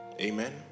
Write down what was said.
Amen